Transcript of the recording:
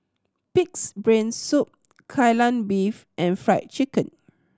Pig's Brain Soup Kai Lan Beef and Fried Chicken